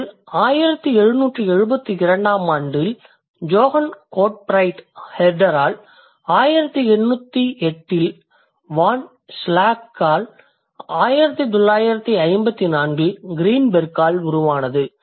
இது 1772 ஆம் ஆண்டில் ஜொஹான் கோட்ஃபிரைட் ஹெர்டர் ஆல் 1808 இல் வான் ஸ்ஷெலகல் ஆல் 1954இல் க்ரீன்பெர்க் ஆல் உருவானது